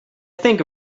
think